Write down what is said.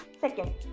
Second